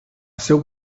seu